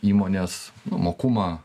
įmonės mokumą